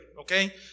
okay